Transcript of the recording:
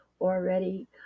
already